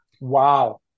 wow